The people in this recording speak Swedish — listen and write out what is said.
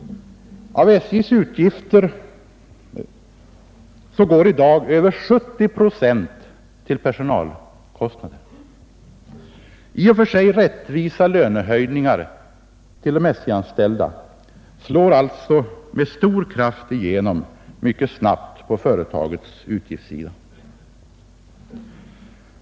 Av SJ:s utgifter går i dag över 70 procent till personalkostnader. I och för sig rättvisa lönehöjningar till SJ-anställda slår alltså med stor kraft igenom mycket snabbt på företagets utgiftssida.